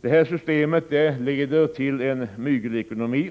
Detta system leder till en mygelekonomi